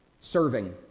serving